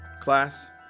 class